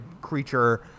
creature